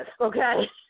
okay